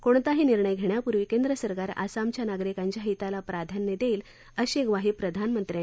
कोणताही निर्णय घेण्यापूर्वी केंद्र सरकार आसामच्या नागरिकांच्या हिताला प्राधान्य देईल अशी ग्वाही प्रधानमंत्र्यांनी यावेळी दिली